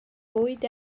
bwyd